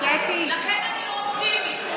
לכן אני לא אופטימית.